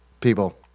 people